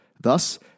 Thus